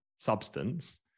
substance